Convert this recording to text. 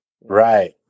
Right